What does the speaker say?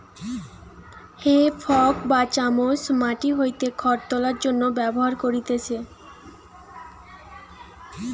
হে fork বা চামচ মাটি হইতে খড় তোলার জন্য ব্যবহার করতিছে